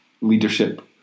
leadership